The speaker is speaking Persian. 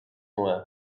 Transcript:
اومد